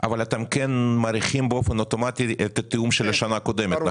אבל אתם כן מאריכים באופן אוטומטי את התיאום של השנה הקודמת.